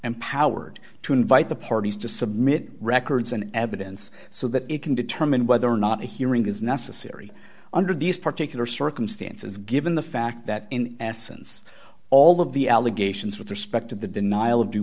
empowered to invite the parties to submit records and evidence so that it can determine whether or not a hearing is necessary under these particular circumstances given the fact that in essence all of the allegations with respect to the denial